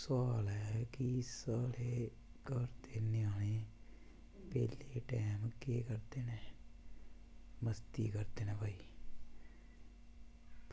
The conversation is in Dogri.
सोआल ऐ की साढ़े घर दे ञ्यानें बेह्ले टैम केह् करदे न मस्ती करदे न भई